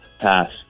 Pass